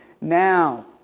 now